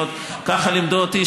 לפחות ככה לימדו אותי